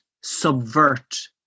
subvert